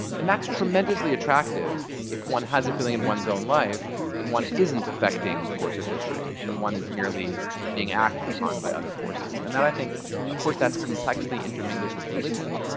and that's tremendously attractive if one has a feeling in one's own life that one isn't affecting the course of history, but one is merely being acted upon by other forces. and that, i think of course, that's complexly intermingled with religion.